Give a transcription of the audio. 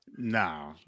No